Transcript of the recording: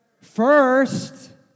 first